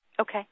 Okay